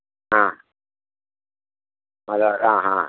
ആ അതെ ആ ആ